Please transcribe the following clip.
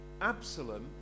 Absalom